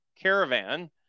caravan